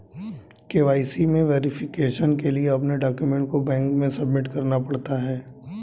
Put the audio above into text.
KYC में verification के लिए अपने डाक्यूमेंट को बैंक में सबमिट करना पड़ता है